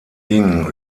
ding